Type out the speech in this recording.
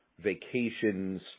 vacations